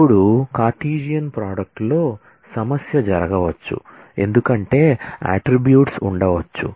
ఇప్పుడు Cartesian product లో సమస్య జరగవచ్చు ఎందుకంటే అట్ట్రిబ్యూట్స్ ఉండవచ్చు